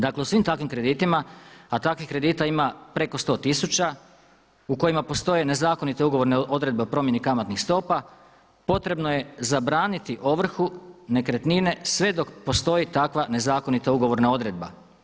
Dakle u svim takvim kreditima, a takvih kredita ima preko 100 tisuća u kojima postoje nezakonite ugovorne odredbe o promjeni kamatnih stopa potrebno je zabraniti ovrhu nekretnine sve dok postoji takva nezakonita ugovorna odredba.